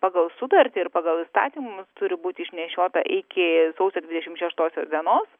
pagal sutartį ir pagal įstatymus turi būti išnešiota iki sausio dvidešimt šeštosios dienos